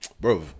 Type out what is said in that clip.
Bro